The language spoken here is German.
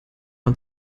man